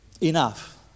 enough